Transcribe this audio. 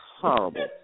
Horrible